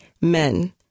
men